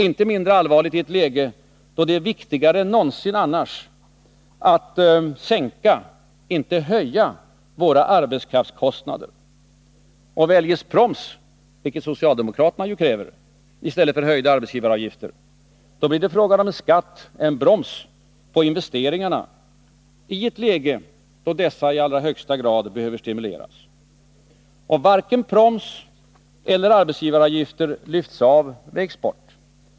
Inte mindre allvarliga är de i ett läge då det är viktigare än någonsin att sänka — inte höja — våra arbetskraftskostnader. Väljs proms — vilket ju socialdemokraterna kräver — i stället för höjda arbetsgivaravgifter, blir det fråga om en skatt — en broms på investeringarna —, i ett läge då dessa i allra högsta grad behöver stimuleras. :Varken proms eller arbetsgivaravgifter lyfts av vid export.